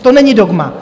To není dogma.